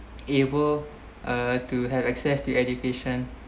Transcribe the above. able uh to have access to education